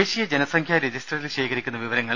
ദേശീയ ജനസംഖ്യാ രജിസ്റ്ററിൽ ശേഖരിക്കുന്ന വിവരങ്ങൾ